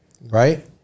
Right